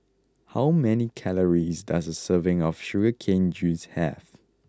how many calories does a serving of Sugar Cane Juice have